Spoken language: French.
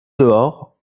dehors